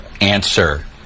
answer